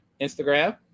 Instagram